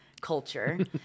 culture